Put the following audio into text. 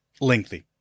lengthy